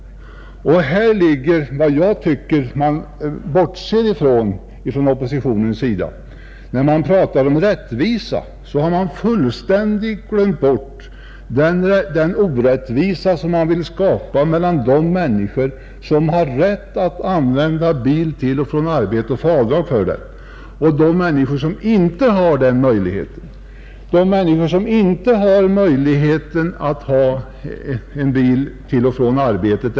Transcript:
Och häri ligger det som jag tycker att man bortser ifrån inom oppositionen, När man pratar om rättvisa i detta sammanhang glömmer man fullständigt bort den orättvisa som man vill skapa mellan de människor som har rätt att använda bil till och från arbetet eller i tjänsten och få avdrag för det och de människor som inte har den möjligheten.